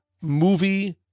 movie